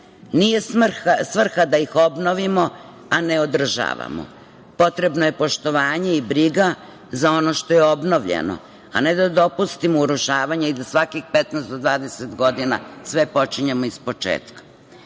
Nije svrha da ih obnovimo, a ne održavamo. Potrebni su poštovanje i briga za ono što je obnovljeno, a ne da dopustimo urušavanje i da svakih 15 do 20 godina sve počinjemo ispočetka. Tu